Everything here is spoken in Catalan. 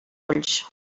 ulls